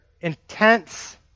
intense